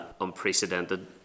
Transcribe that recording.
unprecedented